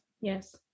yes